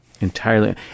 entirely